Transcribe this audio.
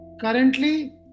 Currently